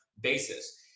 basis